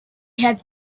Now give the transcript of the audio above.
had